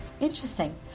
interesting